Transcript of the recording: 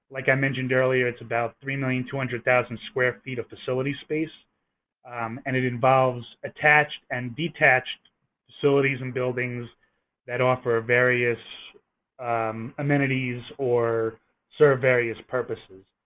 like i mentioned earlier, it's about three million two hundred thousand square feet of facility space and it involves attached and detached facilities and buildings that offer various amenities or serve various purposes.